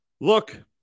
Look